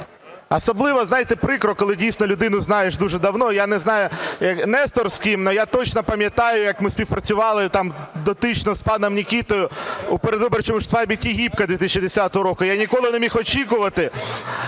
Особливо, знаєте, прикро, коли дійсно людину знаєш дуже давно, я не знаю, Нестор з ким, а я точно пам'ятаю, як ми співпрацювали дотично з паном Микитою у передвиборчому штабі Тігіпка 2010 року. Я ніколи не міг очікувати,